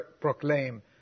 proclaim